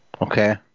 Okay